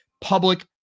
public